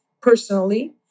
personally